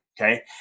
okay